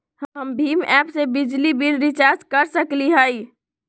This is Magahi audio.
हम भीम ऐप से बिजली बिल रिचार्ज कर सकली हई?